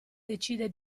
decide